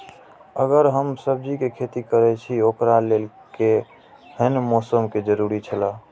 अगर हम सब्जीके खेती करे छि ओकरा लेल के हन मौसम के जरुरी छला?